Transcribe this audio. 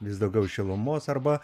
vis daugiau šilumos arba